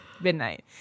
midnight